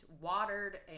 watered